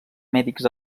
mèdics